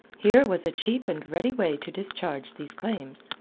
here was a cheap and ready way to discharge these claims.